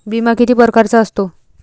बिमा किती परकारचा असतो?